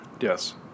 Yes